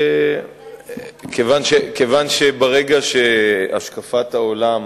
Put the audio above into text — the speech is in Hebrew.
כיוון שברגע שהשקפת העולם